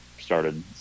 started